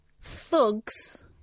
thugs